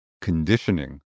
conditioning